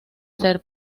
ser